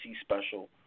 special